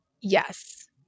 yes